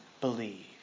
believe